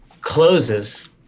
Closes